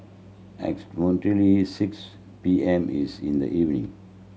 approximately six P M is in the evening